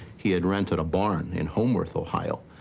he had rented a barn in homeworth, ohio.